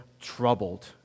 troubled